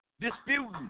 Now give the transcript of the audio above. disputing